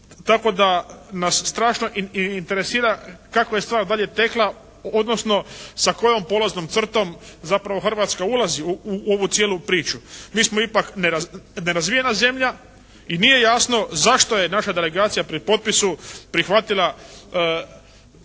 tako da nas strašno interesira kako je stvar dalje tekla, odnosno sa kojom polaznom crtom zapravo Hrvatska ulazi u ovu cijelu priču. Mi smo ipak nerazvijena zemlja i nije jasno zašto je naša delegacija pri potpisu